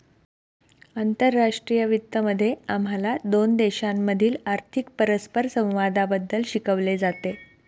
आंतरराष्ट्रीय वित्त मध्ये आम्हाला दोन देशांमधील आर्थिक परस्परसंवादाबद्दल शिकवले जाते